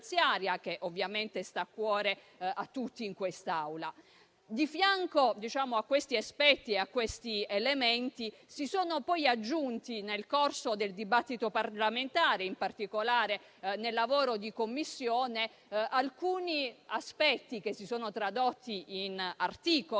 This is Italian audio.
Di fianco a questi elementi, si sono poi aggiunti, nel corso del dibattito parlamentare, in particolare nel lavoro di Commissione, alcuni aspetti che si sono tradotti in articoli